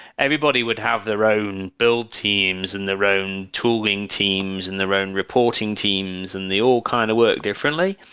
everybody would have their own build teams and their own tooling teams and their own reporting teams and they all kind of work differently.